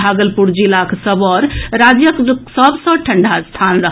भागलपुर जिलाक सबौर राज्यक सभसॅ ठंडा स्थान रहल